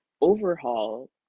overhaul